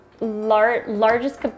largest